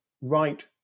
right